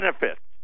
benefits